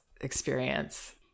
experience